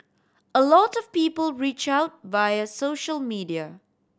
a lot of people reach out via social media